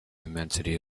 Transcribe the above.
immensity